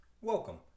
welcome